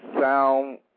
sound